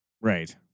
right